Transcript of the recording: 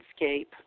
landscape